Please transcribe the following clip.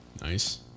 Nice